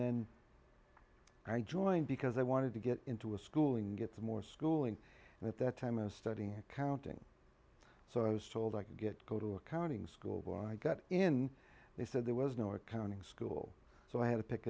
then i joined because i wanted to get into a schooling get more schooling and at that time of studying counting so i was told i could get go to accounting school or i got in they said there was no accounting school so i had to pick